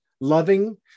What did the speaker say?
loving